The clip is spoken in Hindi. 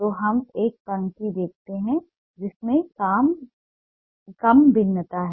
तो हम एक पंक्ति देखते हैं जिसमें कम भिन्नता है